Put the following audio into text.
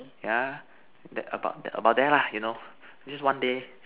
yeah that about about there lah you know is just one day